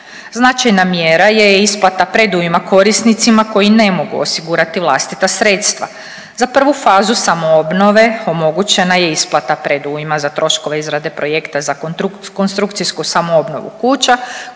Značajna mjera je isplata predujma korisnicima koji ne mogu osigurati vlastita sredstva. Za prvu fazu samoobnove omogućena je isplata predujma za troškove izrade projekta za konstrukcijsku samoobnovu kuća,